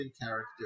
character